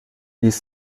ließ